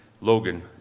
Logan